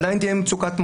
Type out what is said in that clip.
עדיין תהיה מצוקת מקום.